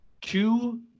two